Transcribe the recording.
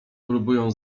próbują